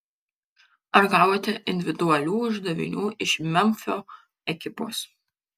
ar gavote individualių uždavinių iš memfio ekipos